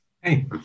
Hey